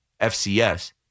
FCS